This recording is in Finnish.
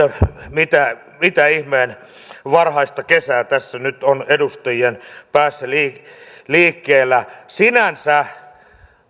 mitä mitä ihmeen varhaista kesää tässä nyt on edustajien päässä liikkeellä liikkeellä sinänsä